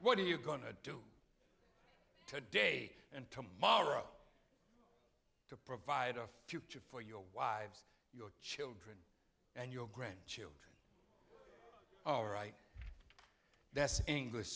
what are you going to do today and tomorrow to provide a future for your wives your children and your grandchildren all right that's english